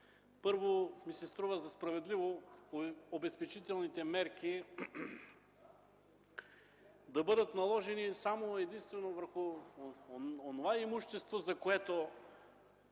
Първо, струва ми се справедливо обезпечителните мерки да бъдат наложени само и единствено върху онова имущество, за което,